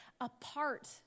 apart